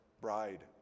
bride